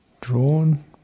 drawn